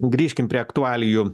grįžkim prie aktualijų